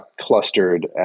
clustered